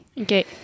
Okay